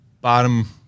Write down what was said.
Bottom